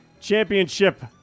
championship